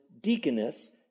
deaconess